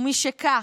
ומשכך,